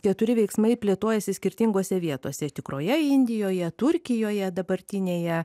keturi veiksmai plėtojasi skirtingose vietose tikroje indijoje turkijoje dabartinėje